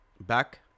back